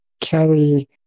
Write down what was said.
Kelly